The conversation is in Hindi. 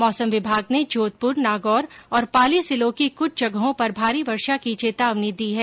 मौसम विभाग ने जोधपुर नागौर और पाली जिलों की कुछ जगहों पर भारी वर्षा की चेतावनी दी है